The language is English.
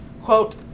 Quote